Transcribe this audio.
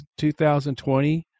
2020